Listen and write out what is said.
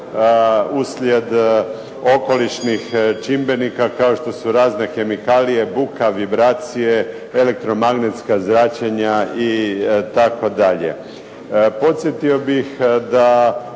nastalih okolišnih čimbenika, kao što su razne kemikalije, buka, vibracije, elektromagnetska zračenja itd. Podsjetio bih da